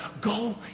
go